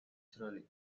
naturally